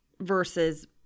versus